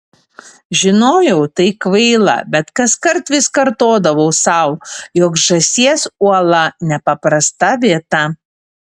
žinojau tai kvaila bet kaskart vis kartodavau sau jog žąsies uola nepaprasta vieta